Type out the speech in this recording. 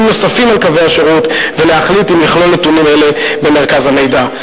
נוספים על קווי השירות ולהחליט אם לכלול נתונים אלה במרכז המידע.